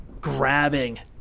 grabbing